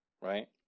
Right